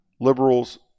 liberals